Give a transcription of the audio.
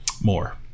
More